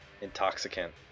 intoxicant